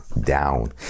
down